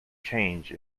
change